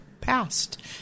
passed